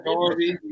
Darby